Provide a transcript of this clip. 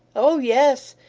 oh yes.